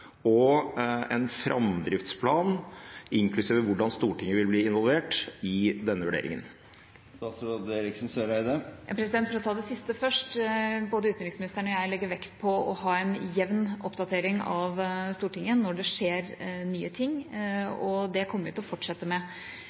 og komme med en framdriftsplan, inklusiv hvordan Stortinget vil bli involvert i denne vurderingen? For å ta det siste først: Både utenriksministeren og jeg legger vekt på å ha en jevn oppdatering av Stortinget når det skjer nye ting, og det kommer vi til å fortsette med,